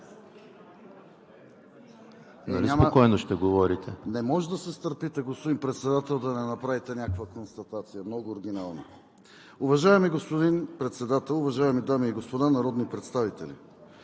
Не може да се стърпите, господин Председател, да не направите някаква констатация, много оригинална! Уважаеми господин Председател, уважаеми дами и господа народни представители!